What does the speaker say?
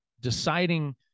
deciding